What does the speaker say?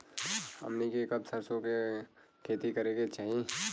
हमनी के कब सरसो क खेती करे के चाही?